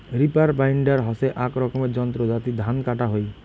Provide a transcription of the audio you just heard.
reaper binder হসে আক রকমের যন্ত্র যাতি ধান কাটা হই